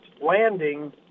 landing